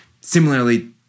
Similarly